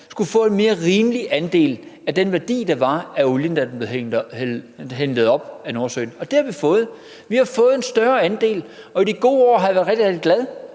skulle have en mere rimelig andel af den værdi af olien, der var, når den blev hentet op af Nordsøen, og det har vi fået. Vi har fået en større andel, og i de gode år har vi været rigtig,